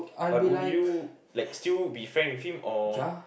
but would you like still be friend with him or